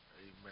Amen